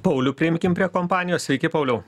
paulių priimkim prie kompanijos sveiki pauliau